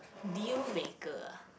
deal maker ah